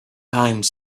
time